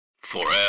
FOREVER